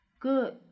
Good